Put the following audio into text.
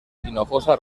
hinojosa